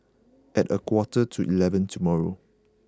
at a quarter to eleven tomorrow